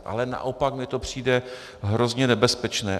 Ale naopak mi to přijde hrozně nebezpečné.